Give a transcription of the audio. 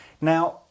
Now